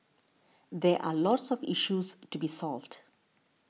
there are lots of issues to be solved